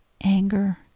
anger